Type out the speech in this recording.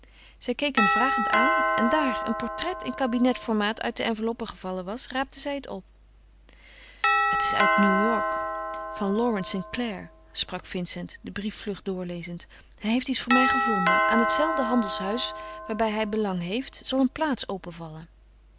zij keek hem vragend aan en daar een portret in kabinetformaat uit de enveloppe gevallen was raapte zij het op het is uit new-york van lawrence st clare sprak vincent den brief vlug doorlezend hij heeft iets voor mij gevonden aan het zelfde handelshuis waarbij bij belang heeft zal een plaats openvallen